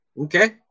Okay